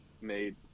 made